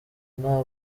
nta